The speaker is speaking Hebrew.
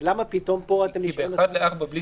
אז למה פתאום פה אתה --- כי 4:1 בלי